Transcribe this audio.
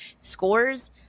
scores